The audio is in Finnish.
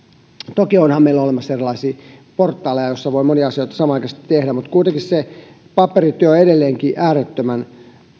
toki onhan meillä olemassa erilaisia portaaleja joissa voi monia asioita samanaikaisesti tehdä mutta kuitenkin se paperityö on edelleenkin äärettömän